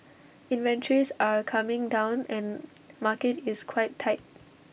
inventories are coming down and market is quite tight